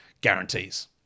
guarantees